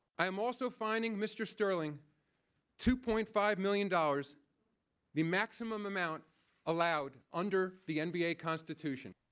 i am also fining mr. sterling two point five million dollars the maximum amount allowed under the nba constitution.